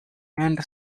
and